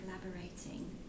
collaborating